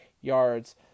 yards